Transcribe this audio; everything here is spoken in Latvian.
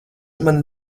mana